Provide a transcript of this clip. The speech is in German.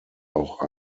auch